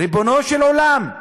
ריבונו של עולם,